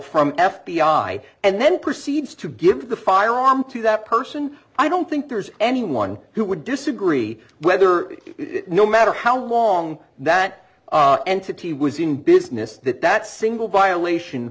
from f b i and then proceeds to give the firearm to that person i don't think there's anyone who would disagree whether it no matter how long that entity was in business that that single violation